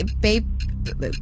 babe